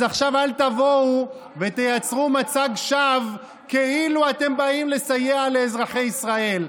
אז עכשיו אל תבואו ותייצרו מצג שווא כאילו אתם באים לסייע לאזרחי ישראל.